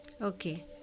Okay